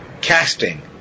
casting